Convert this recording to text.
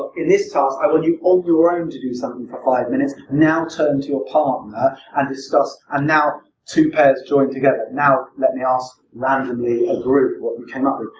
in this task, i want you on your own to do something for five minutes. now turn to your partner and discuss, and now two pairs join together. now let me ask randomly a group what we came up with.